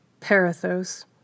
Parathos